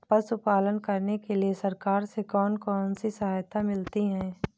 पशु पालन करने के लिए सरकार से कौन कौन सी सहायता मिलती है